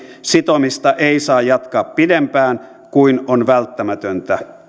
sitomista ei saa jatkaa pitempään kuin on välttämätöntä